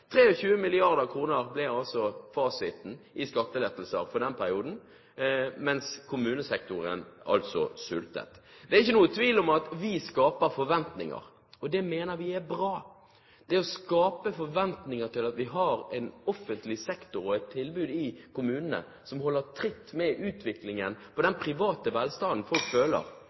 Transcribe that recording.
ble altså fasiten i skattelettelser for den perioden, mens kommunesektoren sultet. Det er ikke noen tvil om at vi skaper forventninger. Og vi mener det er bra å skape forventninger til at vi har en offentlig sektor og et tilbud i kommunene som holder tritt med utviklingen i den private velstanden folk